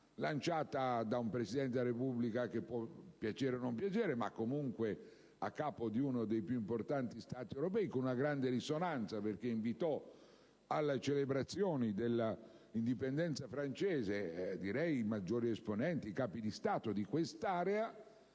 anni fa, da un Presidente della Repubblica, che può piacere o non piacere, ma che comunque è a capo di uno dei più importanti Stati europei, ed ebbe una grande risonanza, perché furono invitati alle celebrazioni dell'indipendenza francese i maggiori esponenti e i Capi di Stato di quest'area),